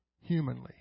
humanly